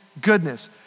goodness